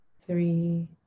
three